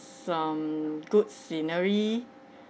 some good scenery